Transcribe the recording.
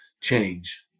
change